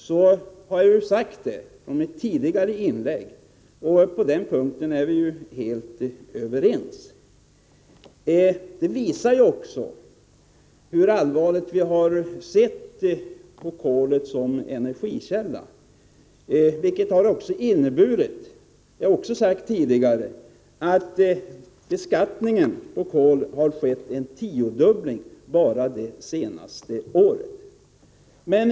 Det har jag ju också sagt i mitt tidigare inlägg — på den punkten är vi helt överens. Vi ser mycket allvarligt på användningen av kol som energikälla, vilket har inneburit — det har jag också sagt tidigare — att beskattningen på kol har tiodubblats under de senaste åren.